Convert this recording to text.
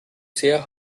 sehr